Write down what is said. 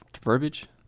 verbiage